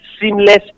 seamless